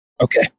Okay